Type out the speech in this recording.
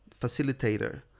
facilitator